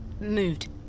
Moved